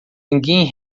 ninguém